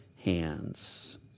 hands